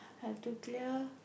hard to clear